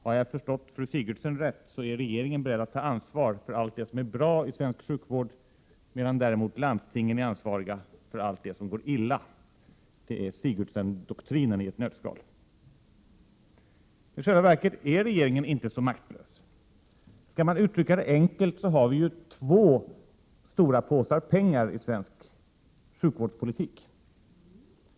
Har jag förstått fru Sigurdsen rätt, är regeringen beredd att ta ansvar för allt det som är bra i svensk sjukvård, medan däremot landstingen är ansvariga för allt det som går illa. Det är Sigurdsendoktrinen i ett nötskal. — Prot. 1987/88:96 I själva verket är regeringen inte så maktlös. Skall man uttrycka det enkelt, 8 april 1988 har vi två stora påsar pengar i svensk sjukvårdspolitik.